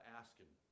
asking